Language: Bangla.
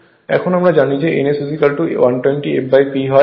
এখন আমরা জানি যে n S120 fP হয়